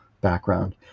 background